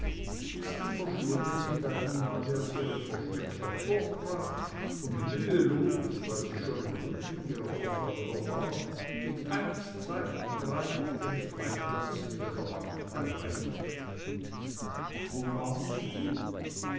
bis die verschwundene mit einem male aus ihrem versteck hervorbrach und mühelos weil sie schon im rücken ihrer verfolger war mit eins zwei drei den freiplatz neben der bank erreichte wo warst du